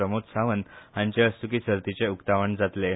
प्रमोद सावंत हांचे हस्तूकीं सर्तीचे उक्तावण जातलें